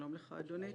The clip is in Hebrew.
שלום לך, אדוני.